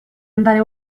andare